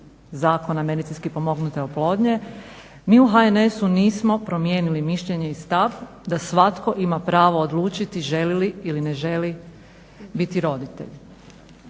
Zakona medicinski pomognute oplodnje, mi u HNS-u nismo promijenili mišljenje i stav da svatko ima pravo odlučiti želi li ili ne želi biti roditelj.